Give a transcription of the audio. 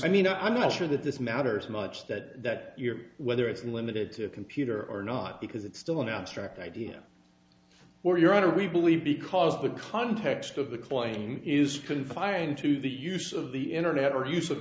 i mean i'm not sure that this matters much that you know whether it's limited to a computer or not because it's still an abstract idea well your honor we believe because the context of the claim is confined to the use of the internet or use of